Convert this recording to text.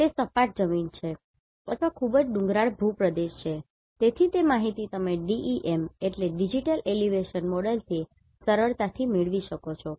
તે સપાટ જમીન છે અથવા ખૂબ જ ડુંગરાળ ભૂપ્રદેશ છે તેથી તે માહિતી તમે DEM ડિજિટલ એલિવેશન મોડેલથી સરળતાથી મેળવી શકો છો